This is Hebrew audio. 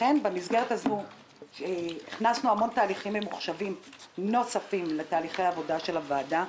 הכנסנו המון תהליכים ממוחשבים נוספים לתהליכי העבודה של הוועדה.